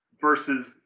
versus